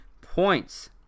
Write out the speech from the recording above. points